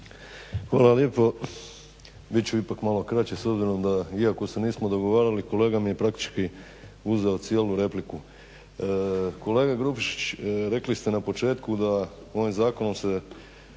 Hvala lijepo. Bit ću ipak malo kraći s obzirom da iako se nismo dogovarali, kolega mi je praktički uzeo cijelu repliku. Kolega Grubišić rekli ste na početku da ovim zakonom se